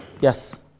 Yes